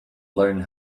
learn